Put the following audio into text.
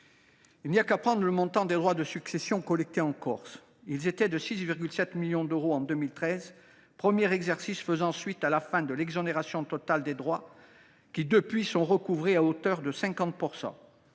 du combattant. Ainsi, le montant des droits de succession collectés en Corse s’élevait à 6,7 millions d’euros en 2013, premier exercice ayant suivi la fin de l’exonération totale des droits, qui sont depuis lors recouvrés à hauteur de 50 %.